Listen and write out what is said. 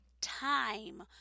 time